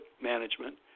management